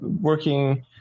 working